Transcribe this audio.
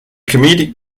comedic